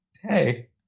hey